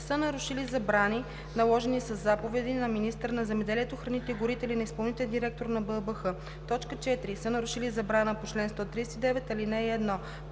са нарушили забрани, наложени със заповеди на министъра на земеделието, храните и горите или на изпълнителния директор на БАБХ; 4. са нарушили забрана по чл. 139, ал. 1; 5.